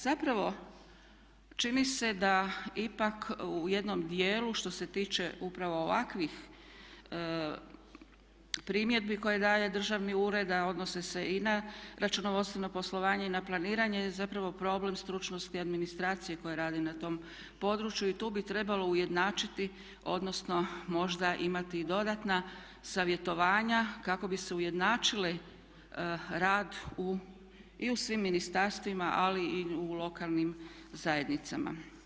Zapravo čini se da ipak u jednom dijelu što se tiče upravo ovakvih primjedbi koje daje državni ured a odnose se i na računovodstveno poslovanje i na planiranje zapravo problem stručnosti administracije koja radi na tom području i tu bi trebalo ujednačiti odnosno možda imati i dodatna savjetovanja kako bi se ujednačili rad u, i u svim ministarstvima ali i u lokalnim zajednicama.